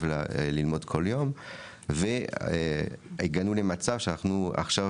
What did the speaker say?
ללמוד כל יום והגענו למצב שאנחנו עכשיו,